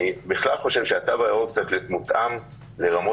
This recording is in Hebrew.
אני בכלל חושב שהתו הירוק צריך להיות מותאם לרמות